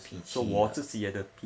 脾气啊